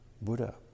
Buddha